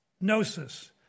gnosis